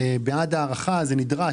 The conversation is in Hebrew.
זה נדרש,